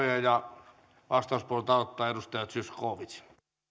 ja vastauspuheenvuorot aloittaa edustaja zyskowicz